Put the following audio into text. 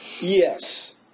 Yes